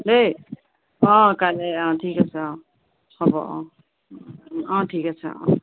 দেই অ কাইলৈ অ ঠিক আছে অ হ'ব অ অ ঠিক আছে অ